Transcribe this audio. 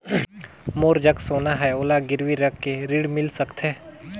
मोर जग सोना है ओला गिरवी रख के ऋण मिल सकथे?